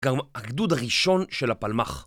גם הגדוד הראשון של הפלמ"ח.